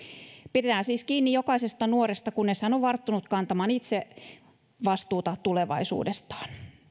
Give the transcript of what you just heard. pidetään siis kiinni jokaisesta nuoresta kunnes hän on varttunut kantamaan itse vastuuta tulevaisuudestaan